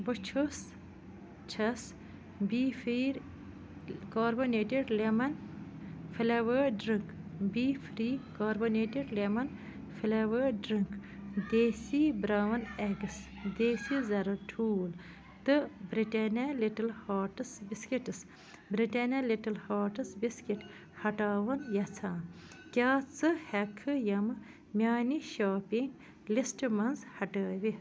بہٕ چھُس چھَس B free carbonated lemon flavoured drink B free carbonated lemon flavoured drink desi brown eggs desi زَرٕد ٹھوٗل تہٕ Britannia little hearts biscuits Britannia little hearts biscuit ہَٹاوُن یَژھان کیٛاہ ژٕ ہٮ۪کہٕ کھہٕ یِم میٛانہِ شاپِنٛگ لِسٹ منٛز ہٹٲوِتھ